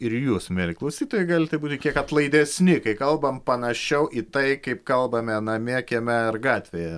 ir jūs mieli klausytojai galite būti kiek atlaidesni kai kalbam panašiau į tai kaip kalbame namie kieme ar gatvėje